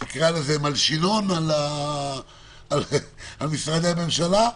תקרא לזה מלשינון על משרדי הממשלה.